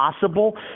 possible